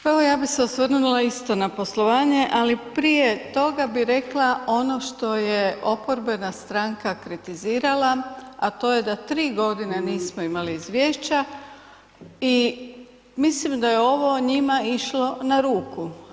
Pa evo ja bih se osvrnula isto na poslovanje, ali prije toga bi rekla ono što je oporbena stranka kritizirala, a to je da tri godine nismo imali izvješća i mislim da je ovo njima išlo na ruku.